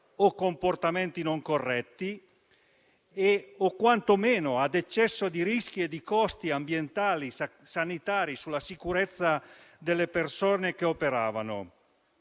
o comportamenti non corretti o quantomeno eccesso di rischi e di costi ambientali e sanitari sulla sicurezza delle persone che operavano.